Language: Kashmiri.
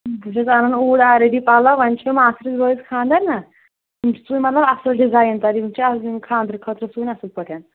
بہ چھَس اَنان اوٗرۍ آلرٔڈی پَلو وۄنۍ چھُ مےٚ ماستٕرِس بٲیِس خاندر نا یِم چھِ سُوٕنۍ مطلب اَصٕل ڈِزایِن دار یِم چھِ خاندرٕ خٲطرٕ سُوٕنۍ اَصٕل پٲٹھۍ